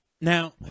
Now